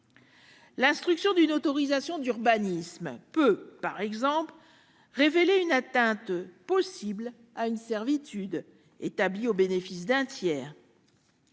L'instruction d'une autorisation d'urbanisme peut, par exemple, révéler une atteinte possible à une servitude établie au bénéfice d'un tiers.